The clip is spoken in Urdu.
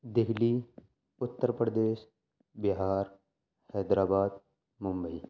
دہلی اتر پردیش بہار حیدر آباد ممبئی